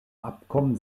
abkommen